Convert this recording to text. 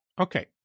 Okay